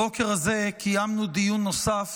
הבוקר הזה קיימנו דיון נוסף